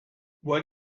what